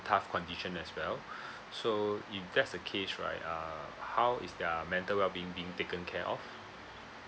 tough condition as well so if that's the case right err how is their mental wellbeing being taken care of